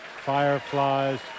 Fireflies